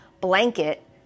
blanket